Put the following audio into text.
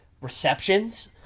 receptions